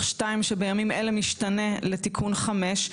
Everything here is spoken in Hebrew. אנחנו כפופים ללוח 2 שבימים אלו משתנה לתיקון 5,